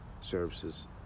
services